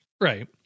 Right